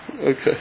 Okay